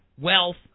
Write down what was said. wealth